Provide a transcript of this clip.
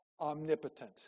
omnipotent